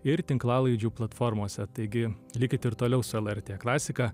ir tinklalaidžių platformose taigi likit ir toliau su lrt klasika